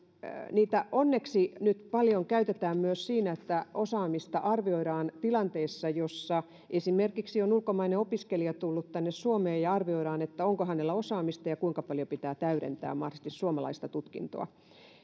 niitä onneksi nyt paljon käytetään myös siinä että osaamista arvioidaan tilanteessa jossa esimerkiksi on ulkomainen opiskelija tullut tänne suomeen ja arvioidaan onko hänellä osaamista ja ja kuinka paljon pitää täydentää mahdollisesti tutkintoa